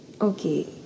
Okay